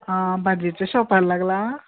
आं भाजेच्या शॉपार लागला